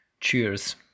Cheers